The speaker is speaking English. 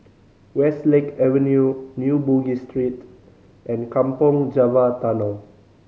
Westlake Avenue New Bugis Street and Kampong Java Tunnel